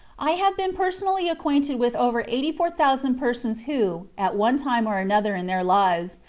i have been personally acquainted with over eighty-four thousand persons who, at one time or another in their lives,